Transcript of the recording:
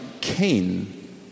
Cain